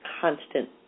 constant